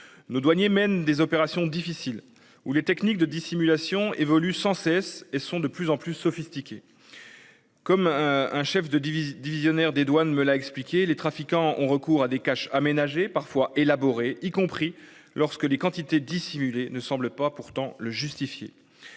nos douaniers mènent des opérations difficiles où les techniques de dissimulation évolue sans cesse et sont de plus en plus sophistiqués. Comme un chef de division divisionnaire des douanes me l'a expliqué les trafiquants ont recours à des caches aménagées parfois élaborés, y compris lorsque les quantités dissimulé ne semblent pas pourtant le justifier.